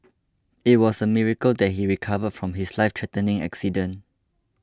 it was a miracle that he recovered from his lifethreatening accident